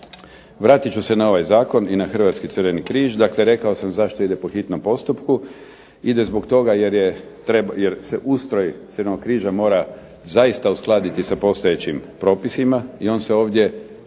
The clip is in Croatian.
Vratit ću se na ovaj zakon i na Hrvatski crveni križ, dakle rekao sam zašto ide po hitnom postupku. Ide zbog toga jer se ustroj Crvenog križa mora zaista uskladiti sa postojećim propisima i on se ovdje